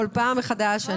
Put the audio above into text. כל פעם מחדש.